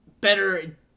better